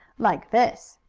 like this.